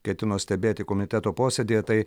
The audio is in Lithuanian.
ketino stebėti komiteto posėdyje tai